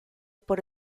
por